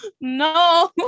No